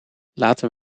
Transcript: laten